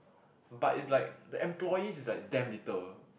but is like the employees is like damn little